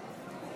סער: